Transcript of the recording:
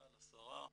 למנכ"ל לשרה,